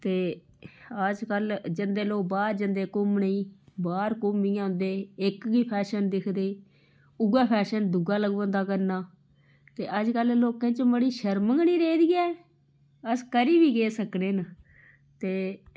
ते अज्जकल जंदे लोक बाह्र जंदे घूमने गी बाह्र घूमियै औंदे इक गी फैशन दिखदे उ'यै फैशन दूआ लग्गी पौंदा करन ते अज्जकल लोकें च मड़ी शर्म गै नी रेह्दी ऐ अस करी बी केह् सकने न ते